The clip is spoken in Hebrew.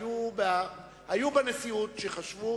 היו בנשיאות שחשבו